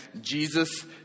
Jesus